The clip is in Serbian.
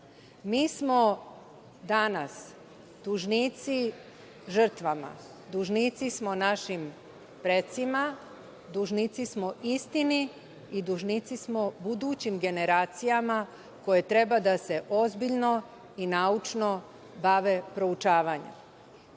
smo danas dužnici žrtvama, dužnici smo našim precima, dužnici smo istini i dužnici smo budućim generacijama koje treba da se ozbiljno i naučno bave proučavanjem.